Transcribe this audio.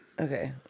Okay